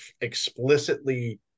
explicitly